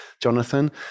Jonathan